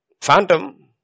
Phantom